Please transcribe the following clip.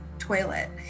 toilet